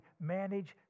manage